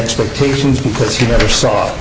expectations because he never saw